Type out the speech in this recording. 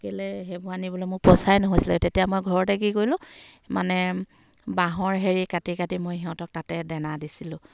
কেলৈ সেইবোৰ আনিবলৈ মোক পইচাই নহৈছিলে তেতিয়া মই ঘৰতে কি কৰিলোঁ মানে বাঁহৰ হেৰি কাটি কাটি মই সিহঁতক তাতে দেনা দিছিলোঁ